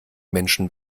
menschen